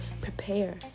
prepare